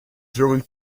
throwing